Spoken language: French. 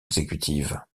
exécutive